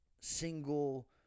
single